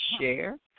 share